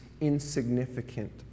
insignificant